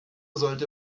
sollte